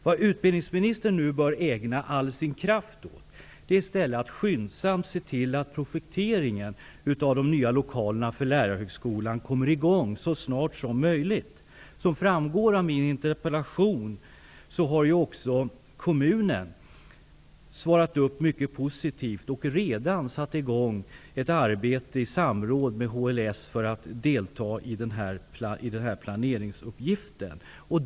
Vad utbildningsministern nu bör ägna all sin kraft åt är i stället att skyndsamt se till att projekteringen av de nya lokalerna för Lärarhögskolan kommer i gång, så snart som möjligt. Som framgår av min interpellation har också kommunen svarat mycket positivt och redan satt i gång ett arbete i samråd med HLS för att delta i denna planeringsuppgift.